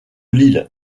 lille